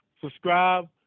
subscribe